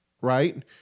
Right